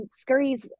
scurries